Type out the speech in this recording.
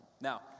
Now